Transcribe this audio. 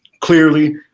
clearly